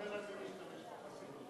בוא לא נדבר מי משתמש בחסינות הזאת.